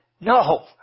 No